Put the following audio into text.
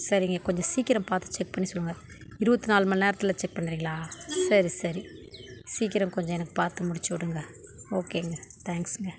சரிங்க கொஞ்சம் சீக்கிரம் பார்த்து செக் பண்ணி சொல்லுங்கள் இருபத்து நாலு மணி நேரத்தில் செக் பண்ணுவீங்களா சரி சரி சீக்கிரம் கொஞ்சம் எனக்கு பார்த்து முடித்து விடுங்க ஓகேங்க தேங்க்ஸ்ங்க